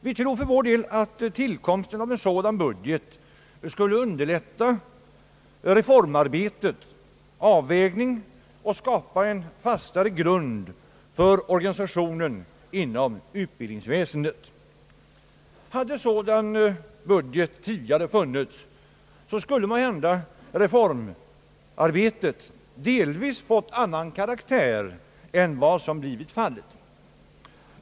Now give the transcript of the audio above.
Vi tror för vår del att tillkomsten av en sådan budget skulle underlätta reformarbetets avvägning och skapa en fastare grund för organisationen inom utbildningsväsendet. Om en sådan budget tidigare hade funnits skulle måhända reformarbetet delvis fått annan karaktär än vad som nu blivit fallet.